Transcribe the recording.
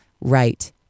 right